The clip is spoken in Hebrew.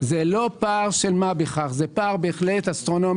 זה לא פער של מה בכך אלא זה בהחלט פער אסטרונומי.